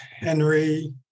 Henry